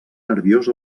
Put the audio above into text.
nerviós